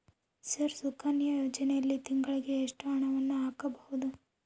Sir Sukanya ಯೋಜನೆಯಲ್ಲಿ ತಿಂಗಳಿಗೆ ಎಷ್ಟು ಹಣವನ್ನು ಹಾಕಬಹುದು?